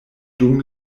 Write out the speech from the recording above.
dum